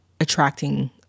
attracting